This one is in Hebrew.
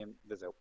וזהו.